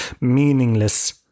meaningless